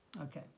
Okay